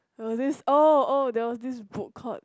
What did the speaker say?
will this oh oh there was this book called